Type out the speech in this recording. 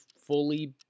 fully